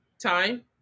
time